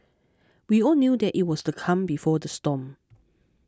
we all knew that it was the calm before the storm